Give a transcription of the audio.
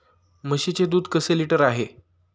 म्हशीचे दूध कसे लिटर आहे?